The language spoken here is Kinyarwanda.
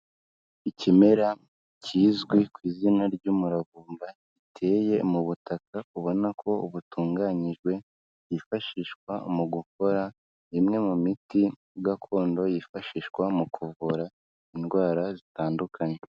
Ikimera kizwi ku izina ry'umuravumba, giteye mu butaka ubona ko butunganyijwe, kifashishwa mu gukora imwe mu miti gakondo, yifashishwa mu kuvura indwara zitandukanye.